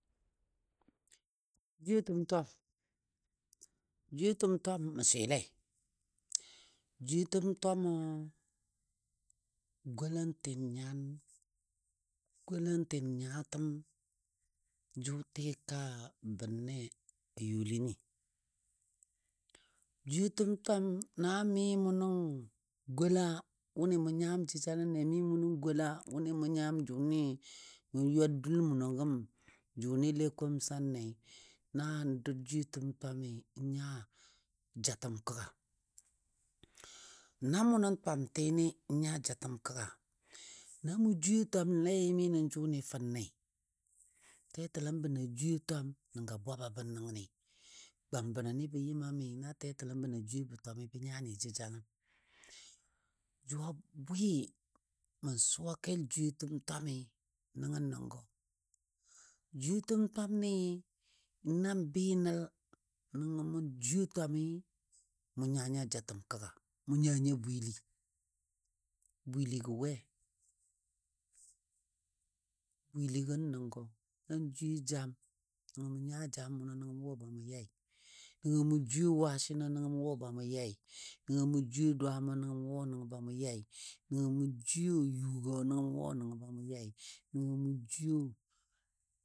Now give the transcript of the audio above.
Jwiyetəm twam mə swilei, jwiyetəm twamɔ golantin nyan, golantin nyatəm ni tika bənne a youlini. Jwiyetəm na mi mʊ nən gola wʊnɨ mʊ nyam jəjalənle, mi mʊ nən gola wʊnɨ nyam jʊnɨ mou ywa dul munɔ gəm jʊnɨle komsanle nan dou jwiyetəm twami n nya jatəm kəgga. Na mʊ nən twamtini n nya jatəm kəgga, na mou jwiye twamle mi nən jʊni fənne. Tɛtəlam bənɔ a jwiyetəm nəngɔ a bwa ban nəngəni, gwam bənɔ ni bə yɨma mi na bə jwiyebɔ twami miso bə nya jəjalənle. Jʊ a bwɨ mə suwa kel jwiyetəm twami nənga nəngɔ, jwiyetəm twamni nan bɨ nəlo nəngɔ mʊ jwiye twami, mʊ nya nya jatəm kəgga, mʊ nya nya bwili. Bwiligɔ we? Bwiligɔ nəngo nan jwiye jam nəngɔ mʊ nya jam mʊno nəngɔ mʊ wo ba mʊ yai, nəngo mʊ jwiye wasino nəngɔ mʊ wo ba mʊ yai, nəngo mʊ jwiye dwaamo nəngɔ mʊ wo nəngɔ ba mʊ yai, nəngo mʊ jwiye yugɔ nəngɔ mʊ wo nəngɔ ba mʊ yai, nəngɔ mʊ jwiye